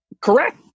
Correct